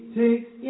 takes